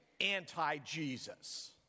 anti-Jesus